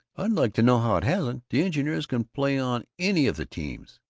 i'd like to know how it hasn't! the engineers can play on any of the teams!